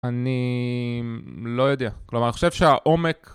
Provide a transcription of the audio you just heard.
אני... לא יודע. כלומר, אני חושב שהעומק...